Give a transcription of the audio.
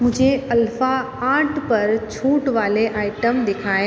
मुझे अल्फ़ा आठ पर छूट वाले आइटम दिखाएँ